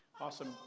Awesome